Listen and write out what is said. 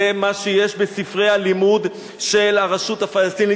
זה מה שיש בספרי הלימוד של הרשות הפלסטינית.